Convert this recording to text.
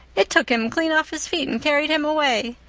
it took him clean off his feet and carried him away.